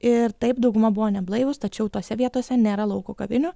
ir taip dauguma buvo neblaivūs tačiau tose vietose nėra lauko kavinių